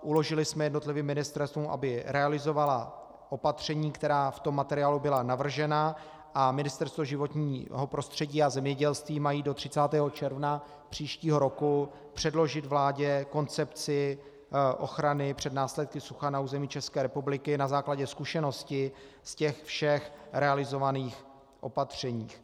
Uložili jsme jednotlivým ministerstvům, aby realizovala opatření, která v tom materiálu byla navržena, a Ministerstvo životního prostředí a zemědělství mají do 30. června příštího roku předložit vládě koncepci ochrany před následky sucha na území České republiky na základě zkušenosti z těch všech realizovaných opatření.